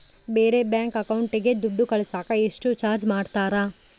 ಬೇರೆ ಬ್ಯಾಂಕ್ ಅಕೌಂಟಿಗೆ ದುಡ್ಡು ಕಳಸಾಕ ಎಷ್ಟು ಚಾರ್ಜ್ ಮಾಡತಾರ?